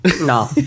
no